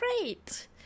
Great